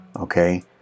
okay